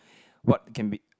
what can be